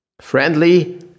Friendly